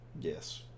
Yes